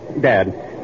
Dad